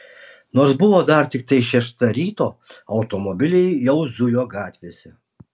nors buvo dar tiktai šešta ryto automobiliai jau zujo gatvėse